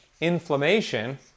inflammation